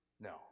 No